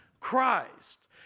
Christ